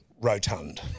rotund